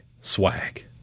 swag